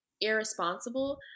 irresponsible